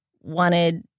wanted